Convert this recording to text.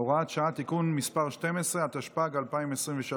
(הוראת שעה) (תיקון מס' 12), התשפ"ג 2023,